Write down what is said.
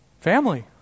Family